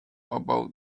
about